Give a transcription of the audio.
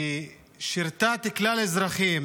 ששירתה את כלל האזרחים